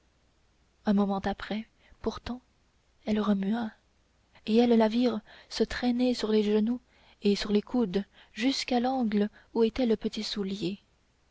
un moment après pourtant elle remua et elles la virent se traîner sur les genoux et sur les coudes jusqu'à l'angle où était le petit soulier